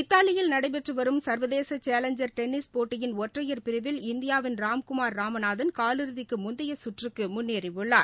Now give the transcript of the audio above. இத்தாலியில் நடைபெற்று வரும் சர்வதேச சேலஞ்சர் டென்னிஸ் போட்டியின் ஒற்றையர் பிரிவில் இந்தியாவின் ராம்குமார் ராமநாதன் காலிறுதிக்கு முந்தைய கற்றுக்கு முன்னேறியுள்ளார்